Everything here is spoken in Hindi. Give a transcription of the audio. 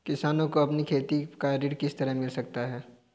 किसानों को अपनी खेती पर ऋण किस तरह मिल सकता है?